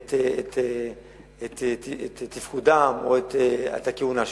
את תפקודן או את הכהונה שלהן.